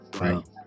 right